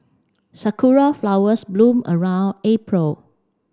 sakura flowers bloom around April